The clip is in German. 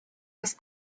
des